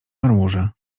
marmurze